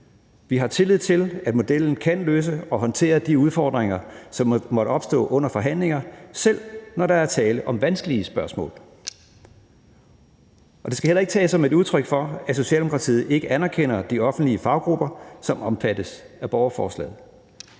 Vi har tillid til, at modellen kan løse og håndtere de udfordringer, som måtte opstå under forhandlinger, selv når der er tale om vanskelige spørgsmål. Og det skal heller ikke tages som et udtryk for, at Socialdemokratiet ikke anerkender de offentlige faggrupper, som omfattes af borgerforslaget.